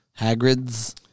Hagrid's